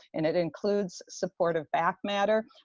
and it includes supportive back matter.